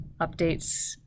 updates